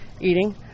eating